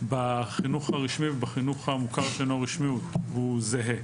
בחינוך הרשמי ובחינוך המוכר שהוא אינו רשמי זהה.